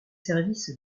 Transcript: services